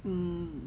um